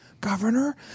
governor